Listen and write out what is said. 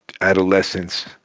adolescence